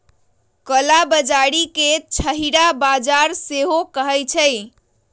कला बजारी के छहिरा बजार सेहो कहइ छइ